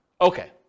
Okay